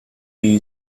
you